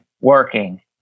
working